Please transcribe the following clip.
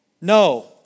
No